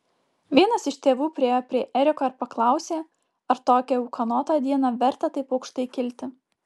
vienas iš tėvų priėjo prie eriko ir paklausė ar tokią ūkanotą dieną verta taip aukštai kilti